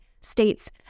states